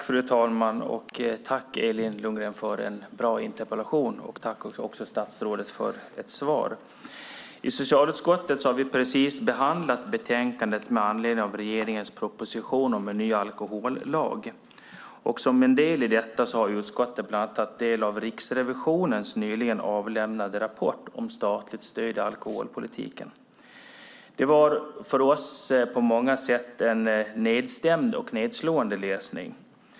Fru talman! Jag tackar Elin Lundgren för en bra interpellation. Jag tackar också statsrådet för svaret. I socialutskottet har vi precis behandlat betänkandet med anledning av regeringens proposition om en ny alkohollag. Som en del i detta har utskottet bland annat tagit del av Riksrevisionens nyligen avlämnade rapport om statliga stöd i alkoholpolitiken. Det var för oss på många sätt en nedslående läsning.